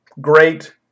Great